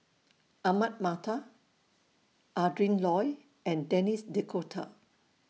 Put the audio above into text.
Ahmad Mattar Adrin Loi and Denis D'Cotta